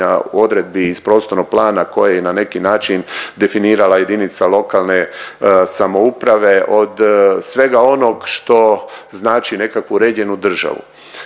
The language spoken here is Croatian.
odredbi iz prostornog plana koje je na neki način definirala jedinica lokalne samouprave, od svega onog što znači nekakvu uređenu državu.